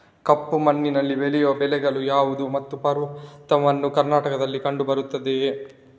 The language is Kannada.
ಕಪ್ಪು ಮಣ್ಣಿನಲ್ಲಿ ಬೆಳೆಯುವ ಬೆಳೆಗಳು ಯಾವುದು ಮತ್ತು ಪರ್ವತ ಮಣ್ಣು ಕರ್ನಾಟಕದಲ್ಲಿ ಕಂಡುಬರುತ್ತದೆಯೇ?